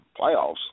playoffs